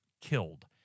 killed